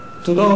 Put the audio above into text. תודה רבה.